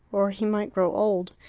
or he might grow old.